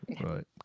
Right